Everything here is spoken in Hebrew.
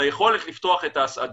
ליכולת לפתוח את ההסעדה.